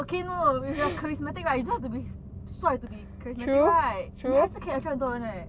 okay no no if you are charismatic right you don't have to be 帅 to be charismatic right 你也是可以 attract 很多人 eh